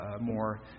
more